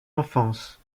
enfance